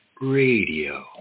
Radio